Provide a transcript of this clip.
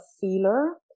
feeler